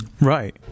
right